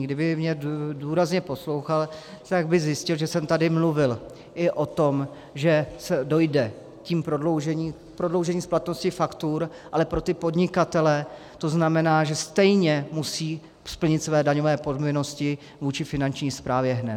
Kdyby mě důrazně poslouchal, tak by zjistil, že jsem tady mluvil i o tom, že dojde tím k prodloužení splatnosti faktur, ale pro podnikatele to znamená, že stejně musí splnit své daňové povinnosti vůči Finanční správě hned.